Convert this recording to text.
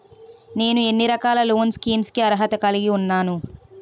నేను ఎన్ని రకాల లోన్ స్కీమ్స్ కి అర్హత కలిగి ఉన్నాను?